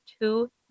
Two